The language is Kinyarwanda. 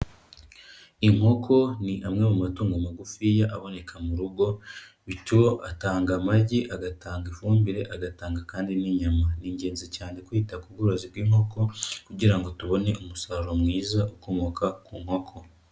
Inkoko ni amwe mu matungo magufiya aboneka mu rugo, bityo atanga amagi, agatanga ifumbire, agatanga kandi n'inyama. Ni ingenzi cyane kwita ku bworozi bw'inkoko kugira ngo tubone umusaruro mwiza ukomoka ku nkoko.